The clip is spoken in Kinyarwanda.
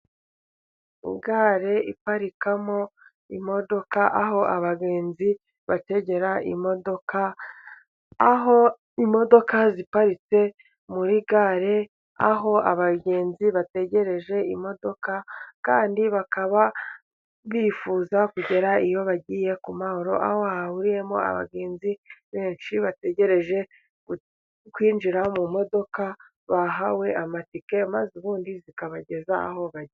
Gare iparikamo imodoka, aho abagenzi bategera imodoka, aho imodoka ziparitse muri gare, aho abagenzi bategereje imodoka, kandi bakaba bifuza kugera iyo bagiye ku mahoro, aho hahuriyemo abagenzi benshi bategereje kwinjira mu modoka bahawe amatike, maze ubundi zikabageza aho bajya.